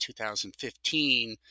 2015